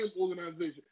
organization